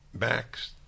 Max